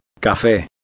Café